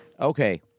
Okay